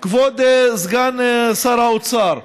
כבוד סגן שר האוצר.